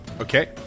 Okay